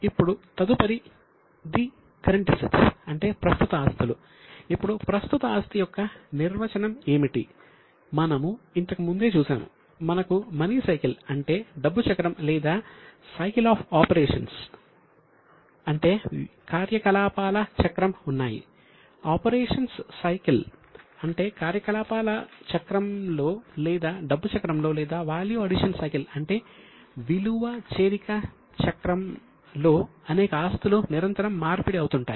ఇప్పుడు తదుపరిది current assets అంటే విలువ చేరిక చక్రంలో అనేక ఆస్తులు నిరంతరం మార్పిడి అవుతుంటాయి